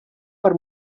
per